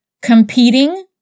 Competing